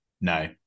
No